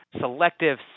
selective